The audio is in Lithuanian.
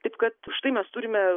taip kad štai mes turime